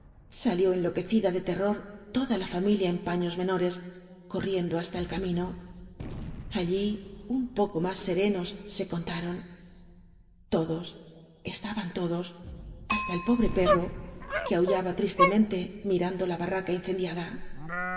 salió enloquecida de terror tocia la familia en paños menores corriendo hasta el camino allí un poco más serenos se contaron todos estaban todos hasta el pobre perro que aullaba tristemente mirando la barraca incendiada